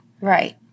Right